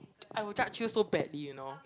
I will judge you so badly you know